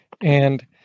And-